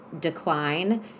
decline